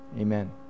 amen